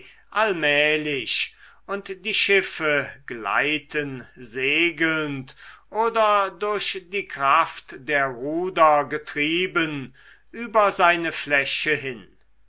allmählich und die schiffe gleiten segelnd oder durch die kraft der ruder getrieben über seine fläche hin